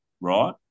right